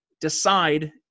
decide